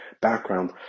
background